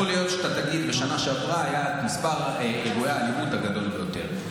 יכול להיות שאתה תגיד שבשנה שעברה היה מספר מקרי האלימות הגדול ביותר,